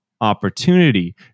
opportunity